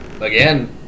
Again